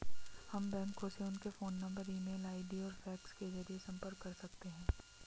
हम बैंकों से उनके phone number email ID और फैक्स के जरिए संपर्क कर सकते हैं